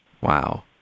Wow